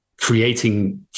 creating